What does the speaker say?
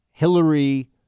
Hillary